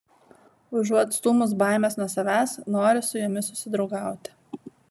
užuot stūmus baimes nuo savęs nori su jomis susidraugauti